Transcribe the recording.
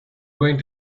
going